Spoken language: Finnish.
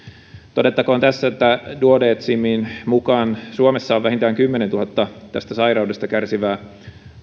todettakoon tässä että duodecimin mukaan suomessa on vähintään kymmenentuhatta tästä sairaudesta kärsivää